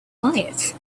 quiet